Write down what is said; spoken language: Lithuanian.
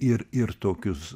ir ir tokius